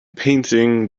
painting